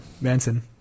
Manson